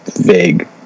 vague